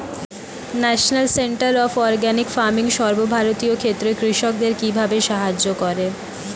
National centre of organic farming সর্বভারতীয় ক্ষেত্রে কৃষকদের কিভাবে সাহায্য করে?